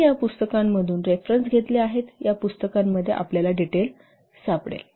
आम्ही या पुस्तकांमधून रेफरन्स घेतले आहेतया पुस्तकांमध्ये आपल्याला डिटेल सापडेल